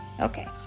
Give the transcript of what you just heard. Okay